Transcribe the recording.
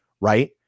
right